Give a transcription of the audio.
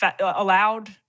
allowed